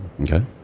Okay